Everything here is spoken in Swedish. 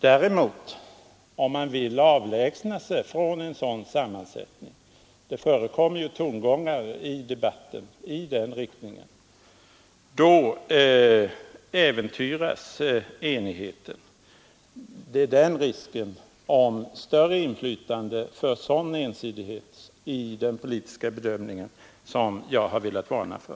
Om man däremot vill avlägsna sig från en sådan sammansättning — det förekommer ju ofta inom socialdemokratin tongångar i debatten i den riktningen — äventyras ju enigheten. Det är risken vid ett större inflytande för en sådan ensidig politisk bedömning som jag har velat varna för.